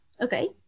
Okay